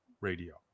radio